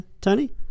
Tony